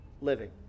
living